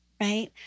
right